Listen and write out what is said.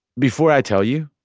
before i tell you,